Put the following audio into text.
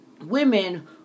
women